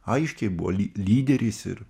aiškiai buvo lyderis ir